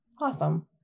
Awesome